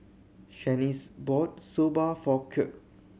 Shanice bought Soba for Kirk